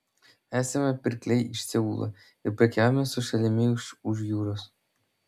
esame pirkliai iš seulo ir prekiaujame su šalimi iš už jūros